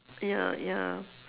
ya ya